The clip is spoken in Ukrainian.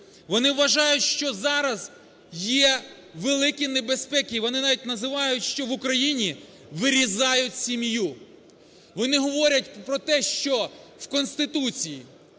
Вони вважають, що зараз є великі небезпеки і вони навіть називають, що в Україні вирізають сім'ю. Вони говорять про те, що в Конституції,